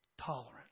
tolerant